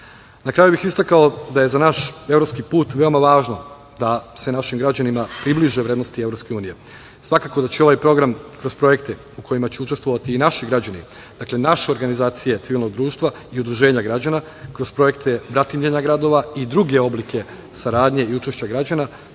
kraju bih istakao da je za naš evropski put veoma važno da se našim građanima približe vrednosti EU. Svakako da će ovaj program kroz projekte u kojima će učestvovati i naši građani, dakle, naše organizacije civilnog društva i udruženja građana, kroz projekte bratimljenja gradova i druge oblike saradnje i učešća građana